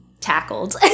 tackled